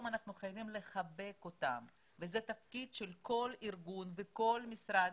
אנחנו חייבים לחבק אותם וזה תפקיד של כל ארגון וכל משרד.